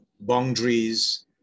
boundaries